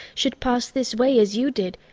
should pass this way, as you did.